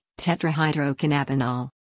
tetrahydrocannabinol